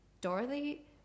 Dorothy